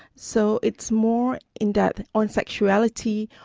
so it's more in-depth, on sexuality,